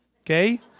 okay